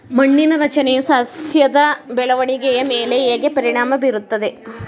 ಮಣ್ಣಿನ ರಚನೆಯು ಸಸ್ಯದ ಬೆಳವಣಿಗೆಯ ಮೇಲೆ ಹೇಗೆ ಪರಿಣಾಮ ಬೀರುತ್ತದೆ?